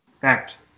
Fact